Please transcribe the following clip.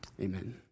Amen